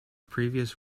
previous